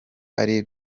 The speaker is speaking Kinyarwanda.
ari